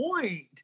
point